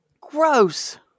Gross